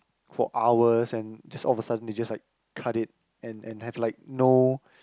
for hours and just all of a sudden they just like cut it and and have like no